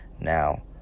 Now